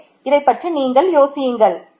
இங்கே இதைப்பற்றி நீங்கள் யோசியுங்கள்